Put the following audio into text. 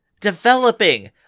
developing